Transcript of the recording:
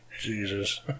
Jesus